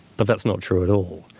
but that's not true at all.